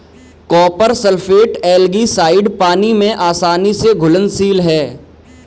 copper sulphate algicide पानी में आसानी से घुलनशील है